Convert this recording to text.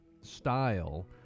style